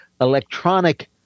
electronic